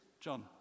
John